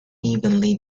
evenly